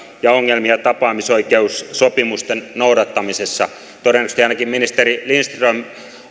ja ongelmia tapaamisoikeussopimusten noudattamisessa todennäköisesti ainakin ministeri lindström